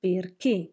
perché